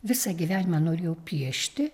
visą gyvenimą norėjau piešti